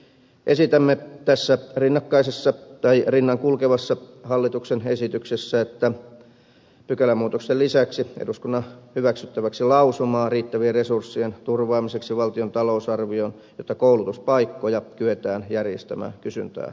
esitämme tässä rinnakkaisessa rinnan kulkevassa hallituksen esityksessä pykälämuutoksen lisäksi eduskunnan hyväksyttäväksi lausumaa riittävien resurssien turvaamiseksi valtion talousarvioon jotta koulutuspaikkoja kyetään järjestämään kysyntää vastaavasti